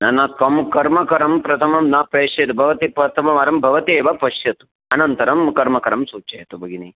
न न कं कर्मकरं प्रथमं न प्रेषयतु भवती प्रथमवारं भवती एव पश्यतु अनन्तरं कर्मकरान् सूचयतु भगिनी